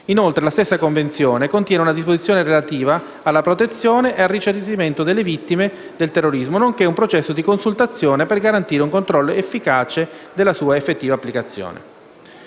Inoltre, la stessa Convenzione, contiene una disposizione relativa alla protezione e al risarcimento delle vittime del terrorismo, nonché un processo di consultazione per garantire un controllo efficace della sua effettiva applicazione.